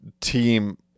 team